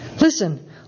Listen